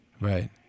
Right